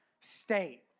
state